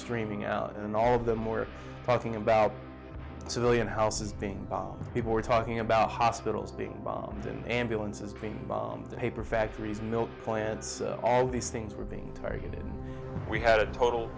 streaming out and all of them were talking about civilian houses being bombed people were talking about hospitals being bombed and ambulances being bombed paper factories milk plants all these things were being targeted and we had a total